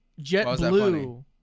JetBlue